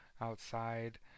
outside